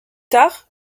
tard